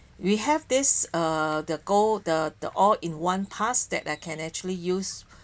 we have this uh the gold the the all in one pass that I can actually use